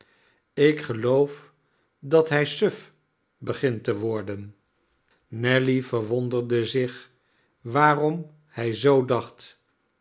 ik geloof dat hij suf begint te worden nelly verwonderde zich waarom hij zoo dacht